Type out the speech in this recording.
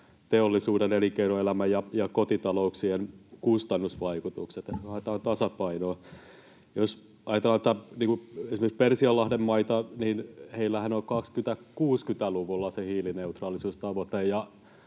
teollisuuden, elinkeinoelämän ja kotitalouksien kustannusvaikutukset, haetaan tasapainoa. Jos ajatellaan esimerkiksi Persianlahden maita, niin heillähän on se hiilineutraalisuustavoite